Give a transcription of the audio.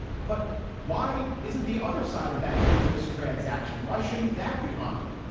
but why isn't the other side of that business transaction why shouldn't that be honored.